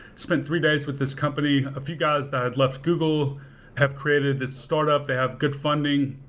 spent three days with this company. a few guys that had left google have created this startup. they have good funding.